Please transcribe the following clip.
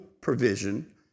provision